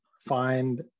find